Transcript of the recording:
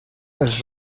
dels